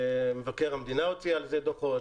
מבקר המדינה הוציא על זה דוחות,